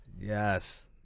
Yes